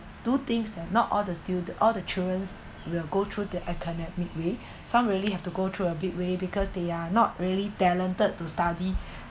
do things that not all the stud~ all the childrens will go through the academic way some really have to go through a big way because they are not really talented to study